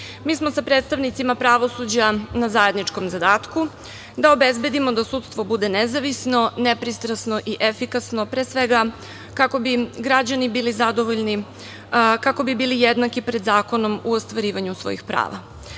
smo sa predstavnicima pravosuđa na zajedničkom zadatku da obezbedimo da sudstvo bude nezavisno, nepristrasno i efikasno, pre svega kako bi građani bili zadovoljni, kako bi bili jednaki pred zakonom u ostvarivanju svojih